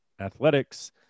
athletics